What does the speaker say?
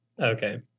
Okay